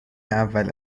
اول